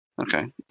Okay